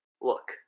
Look